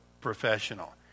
professional